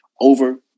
over